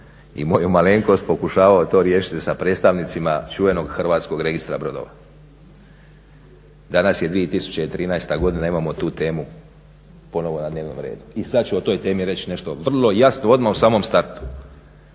i moju malenkost pokušavao to riješiti sa predstavnicima čuvenog Hrvatskog registra brodova. Danas je 2013. godina, imamo tu temu ponovno na dnevnom redu. I sad ću o toj temi reći nešto vrlo jasno odmah u samom startu.